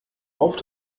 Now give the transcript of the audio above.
auf